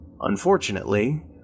Unfortunately